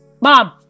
mom